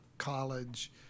college